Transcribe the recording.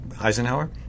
Eisenhower